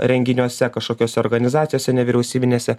renginiuose kažkokiose organizacijose nevyriausybinėse